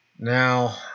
Now